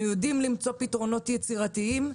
אנחנו יודעים למצוא פתרונות יצירתיים.